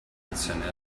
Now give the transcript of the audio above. additionnel